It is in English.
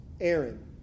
Aaron